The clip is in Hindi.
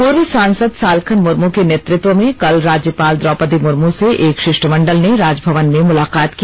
पूर्व सांसद सालखन मुर्मू के नेतृत्व में कल राज्यपाल द्रौपदी मुर्मू से एक शिष्टमंडल ने राज भवन में मुलाकात की